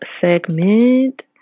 segment